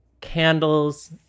candles